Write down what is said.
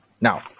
Now